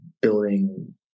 building